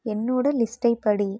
என்னோடய லிஸ்ட்டை படி